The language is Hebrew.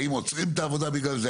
האם עוצרים את העבודה בגלל זה,